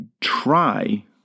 try